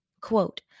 quote